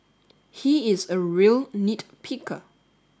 he is a real nit picker